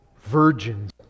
Virgins